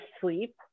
sleep